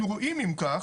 אנחנו רואים אם כך,